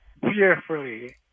fearfully